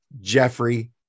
Jeffrey